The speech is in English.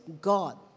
God